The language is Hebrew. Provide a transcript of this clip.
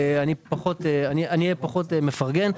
אני אהיה פחות מפרגן.